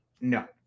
no